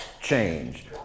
change